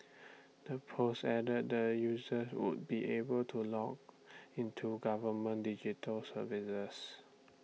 the post added that users would be able to log into government digital services